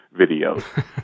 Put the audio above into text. videos